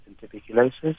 tuberculosis